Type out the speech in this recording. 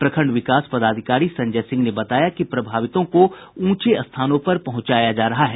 प्रखंड विकास पदाधिकारी संजय सिंह ने बताया कि प्रभावितों को ऊंचे स्थानों पर पहुंचाया जा रहा है